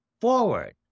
forward